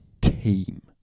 team